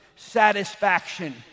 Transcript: satisfaction